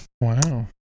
Wow